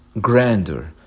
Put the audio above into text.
grander